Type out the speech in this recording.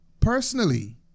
Personally